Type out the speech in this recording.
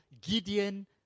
Gideon